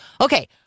Okay